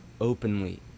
openly